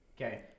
Okay